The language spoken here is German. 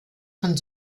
von